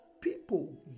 People